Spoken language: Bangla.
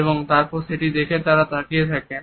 এবং তারপর সেটি দেখে তারা তাকিয়ে থাকেন